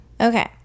Okay